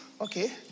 Okay